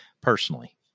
personally